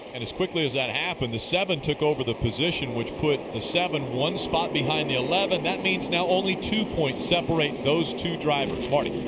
and as quickly as that happened, the seven took over the position which put the seven one spot behind the eleven. that means now only two points separate those two drivers. marty?